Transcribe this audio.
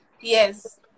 Yes